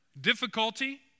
difficulty